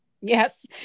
Yes